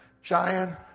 Cheyenne